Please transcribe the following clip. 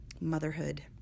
Motherhood